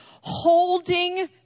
holding